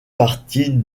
partie